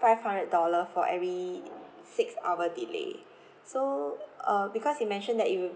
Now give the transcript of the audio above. five hundred dollar for every six hour delay so uh because you mentioned that you